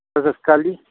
sir ਸਤਿ ਸ਼੍ਰੀ ਅਕਾਲ ਜੀ